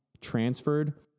transferred